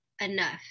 enough